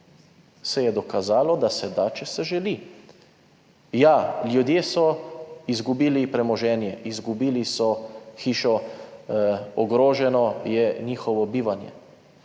se je dokazalo, da se da, če se želi. Ja, ljudje so izgubili premoženje, izgubili so hišo, ogroženo je njihovo bivanje,